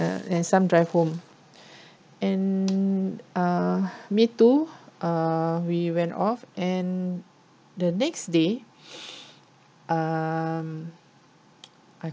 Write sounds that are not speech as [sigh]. and some drive home [breath] and um me too uh we went off and the next day [noise] um I